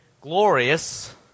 glorious